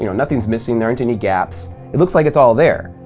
you know nothing's missing. there aren't any gaps. it looks like it's all there.